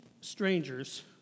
strangers